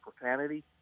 profanity